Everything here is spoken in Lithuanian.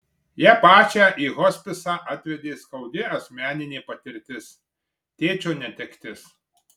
ją pačią į hospisą atvedė skaudi asmeninė patirtis tėčio netektis